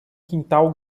quintal